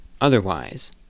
otherwise